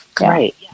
right